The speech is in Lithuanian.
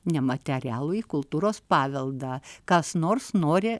nematerialųjį kultūros paveldą kas nors nori